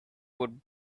would